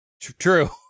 True